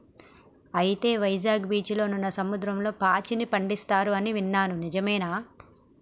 అయితే వైజాగ్ బీచ్లో ఉన్న సముద్రంలో పాచిని పండిస్తారు అని ఇన్నాను నిజమేనా